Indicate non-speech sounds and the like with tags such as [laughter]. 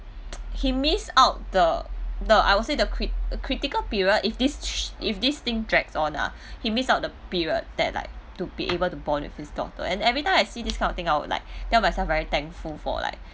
[noise] he miss out the the I would say the cri~ critical period if this shi~ if this thing drags on ah he miss out the period that like to be able to bond with his daughter and every time I see this kind of thing I will like tell myself very thankful for like